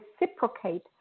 reciprocate